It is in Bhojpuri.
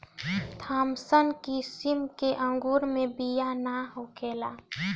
थामसन किसिम के अंगूर मे बिया ना होखेला